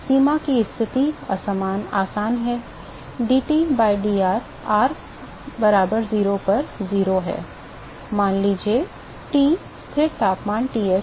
सीमा की स्थिति आसान है dT by dr r बराबर 0 पर 0 है और मान लीजिएT स्थिर तापमान Ts है